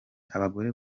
abagore